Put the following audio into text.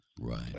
right